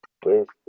Pues